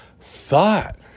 thought